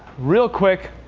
real quick,